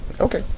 Okay